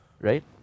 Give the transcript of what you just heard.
Right